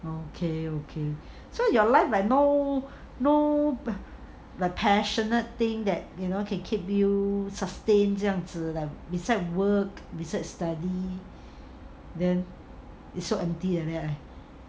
okay okay so your life like no no the passionate thing that you know can keep you sustain 这样子 like besides work beside study then it's so empty like that leh